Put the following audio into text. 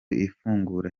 ifungura